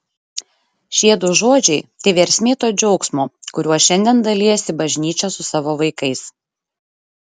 šie du žodžiai tai versmė to džiaugsmo kuriuo šiandien dalijasi bažnyčia su savo vaikais